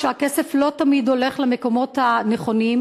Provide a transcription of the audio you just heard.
כשהכסף לא תמיד הולך למקומות הנכונים,